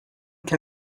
can